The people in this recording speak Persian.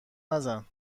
نزن